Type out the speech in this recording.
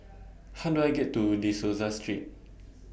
How Do I get to De Souza Street